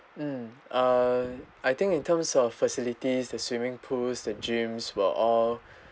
mm uh I think in terms of facilities the swimming pools the gyms were all